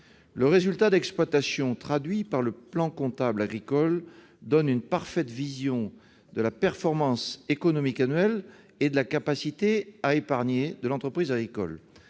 Le résultat d'exploitation traduit par le plan comptable agricole donne une parfaite vision de la performance économique annuelle et de la capacité à épargner de l'entreprise agricole,